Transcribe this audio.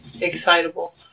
excitable